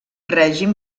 règim